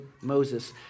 Moses